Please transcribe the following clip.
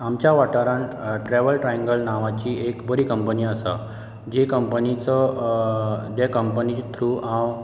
आमच्या वाठारांत travel triangle नांवांची एक बरी कंपनी आसा जी कंपनीचो जे कंपनीचे थ्रू हांव